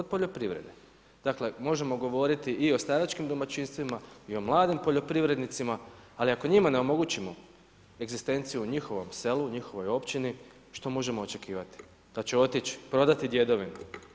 Dakle možemo govoriti i o staračkim domaćinstvima i o mladim poljoprivrednicima, ali ako njima ne omogućimo egzistenciju u njihovom selu u njihovoj općini, što možemo očekivati, da će otić, prodati djedovinu.